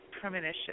premonition